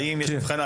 האם יש הבחנה,